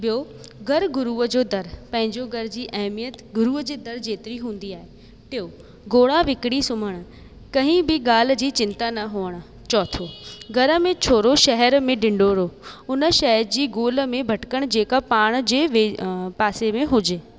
ॿियो घर गुरूअ जो दर पंहिंजो घर जी अहमियत गुरुअ जे दर जेतिरी हूंदी आहे टियों घोड़ा विकणी सुम्हण कंहिं बि ॻाल्हि जी चिंता न हुजण चौथो घर में छोरो शहर में ढिंढोरो उन शइ जी ॻोल्ह में भटिकण जेका पाण जे पासे में हुजे